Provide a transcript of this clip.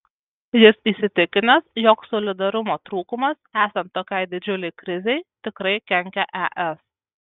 jis įsitikinęs jog solidarumo trūkumas esant tokiai didžiulei krizei tikrai kenkia es